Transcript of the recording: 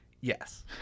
Yes